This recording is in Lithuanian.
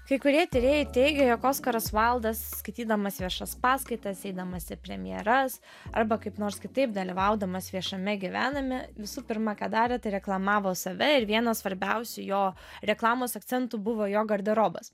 kai kurie tyrėjai teigia jog oskaras vaildas skaitydamas viešas paskaitas eidamas į premjeras arba kaip nors kitaip dalyvaudamas viešame gyvename visų pirma ką darė tai reklamavo save ir vieną svarbiausių jo reklamos akcentų buvo jo garderobas